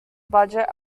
budget